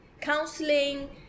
counseling